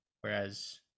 whereas